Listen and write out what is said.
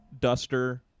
duster